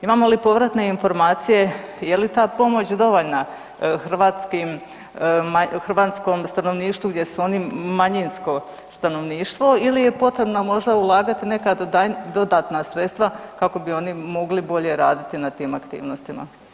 Imamo li povratne informacije je li ta pomoć dovoljna hrvatskim, hrvatskom stanovništvu gdje su oni manjinsko stanovništvo ili je potrebno možda ulagati neka dodatna sredstva kako bi oni mogli bolje raditi na tim aktivnostima?